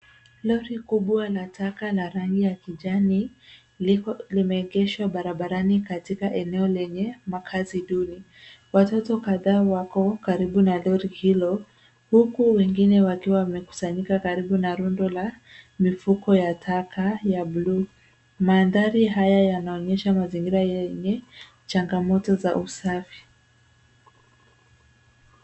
Lori kubwa na taka na rangi ya kijani, limeegeshwa barabarani katika eneo lenye makazi duni. Watoto kadhaa wako karibu na lori hilo, huku wengine wakiwa wamekusanyika karibu na rundo la mifuko ya taka ya bluu. Mandhari haya yanaonyesha mazingira yenye changamoto za usafi.